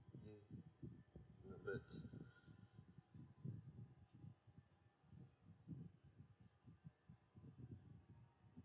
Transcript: but